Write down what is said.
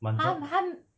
他他